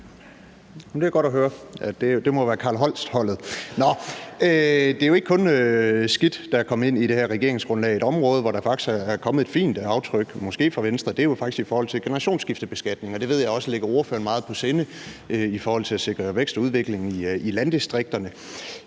Det er godt at høre. Det må være Carl Holst-holdet. Nå, det er jo ikke kun skidt, der er kommet ind i det her regeringsgrundlag. Et område, hvor der faktisk er kommet et fint aftryk, måske fra Venstre, er faktisk i forhold til generationsskiftebeskatning, og det ved jeg også ligger ordføreren meget på sinde i forhold til at sikre vækst og udvikling i landdistrikterne.